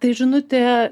tai žinutė